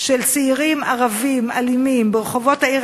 של צעירים ערבים אלימים ברחובות העיר